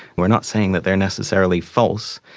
are not saying that they are necessarily false.